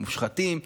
מושחתים.